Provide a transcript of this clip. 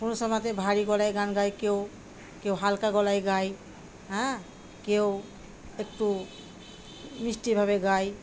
কোনো সময়তে ভারী গলায় গান গায় কেউ কেউ হালকা গলায় গায় হ্যাঁ কেউ একটু মিষ্টিভাবে গায়